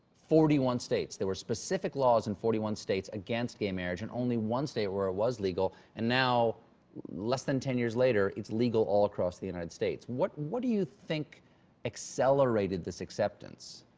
forty one states. there were specific laws in forty one states against gay marriage, and only one state where it was legal, and now less than ten years later, it's legal all across the united states. what what do you think accelerated this accept apse?